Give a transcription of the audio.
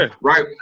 Right